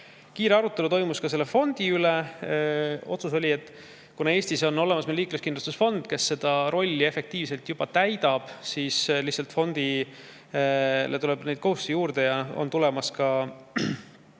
Kiire arutelu toimus ka selle fondi üle. Otsus oli, et kuna Eestis on olemas liikluskindlustuse fond, kes seda rolli juba efektiivselt täidab, siis tuleb fondile lihtsalt kohustusi juurde. On tulemas ka